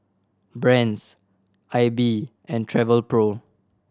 Brand's Aibi and Travelpro